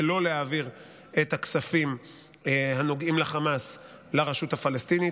שלא להעביר את הכספים הנוגעים לחמאס לרשות הפלסטינית.